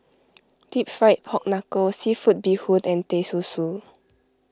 Deep Fried Pork Knuckle Seafood Bee Hoon and Teh Susu